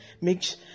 makes